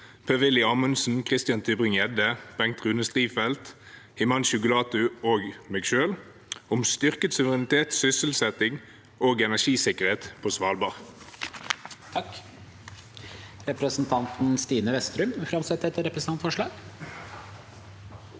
Per-Willy Amundsen, Christian Tybring-Gjedde, Bengt Rune Strifeldt, Himanshu Gulati og meg selv om styrket suverenitet, sysselsetting og energisikkerhet på Svalbard. Presidenten Representanten Stine Westrum vil framsette et representantforslag.